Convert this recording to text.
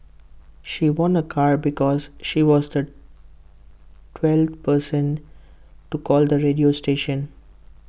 she won A car because she was the twelfth person to call the radio station